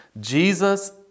Jesus